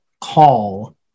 call